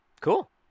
cool